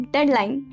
Deadline